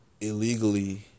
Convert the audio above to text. illegally